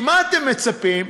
כי מה אתם מצפים?